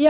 I